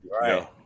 Right